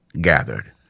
gathered